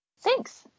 Thanks